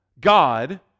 God